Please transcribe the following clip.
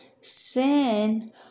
Sin